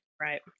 right